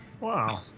wow